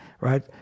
right